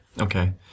Okay